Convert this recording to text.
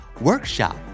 Workshop